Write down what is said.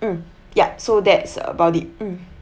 mm yup so that's about it mm